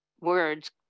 words